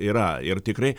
yra ir tikrai